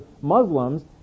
Muslims